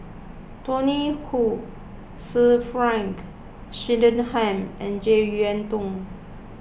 Tony Khoo Sir Frank Swettenham and Jek Yeun Thong